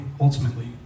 ultimately